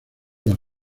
las